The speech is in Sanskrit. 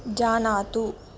जानातु